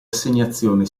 assegnazione